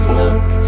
look